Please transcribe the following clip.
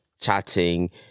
chatting